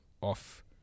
off